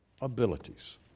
abilities